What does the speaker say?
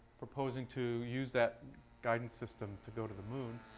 proposing to use that guidance system to go to the moon.